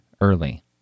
early